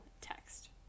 text